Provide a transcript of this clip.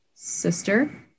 sister